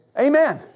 Amen